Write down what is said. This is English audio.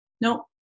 Nope